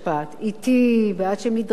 ועד שהם נדרשים לסוגיה,